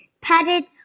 padded